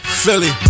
Philly